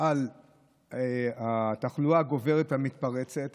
על התחלואה הגוברת והמתפרצת